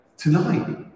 Tonight